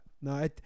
No